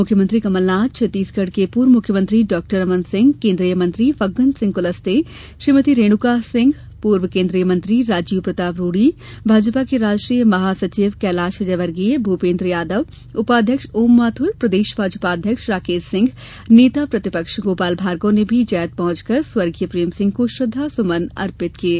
मुख्यमंत्री कमलनाथ छत्तीसगढ़ के पूर्व मुख्यमंत्री डॉ रमन सिंह केन्द्रीय फगग्न सिंह कुलस्ते श्रीमती रेणुका सिंह पूर्व केन्द्रीय मंत्री राजीव प्रताप रूड़ी भाजपा के राष्ट्रीय महासचिव कैलाश विजयवर्गीय भूपेंद्र यादव उपाध्यक्ष ओम माथुर प्रदेश भाजपा अध्यक्ष राकेश सिंह नेता प्रतिपक्ष गोपाल भार्गव ने भी जैत पहुंचकर स्वर्गीय प्रेमसिंह को श्रद्वा सुमन अर्पित किये